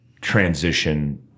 transition